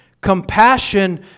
Compassion